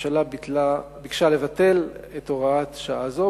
הממשלה ביקשה לבטל הוראת שעה זאת